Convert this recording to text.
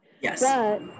Yes